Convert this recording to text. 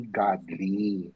godly